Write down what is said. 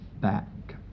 back